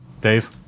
Dave